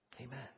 Amen